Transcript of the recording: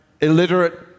illiterate